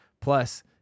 Plus